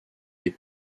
des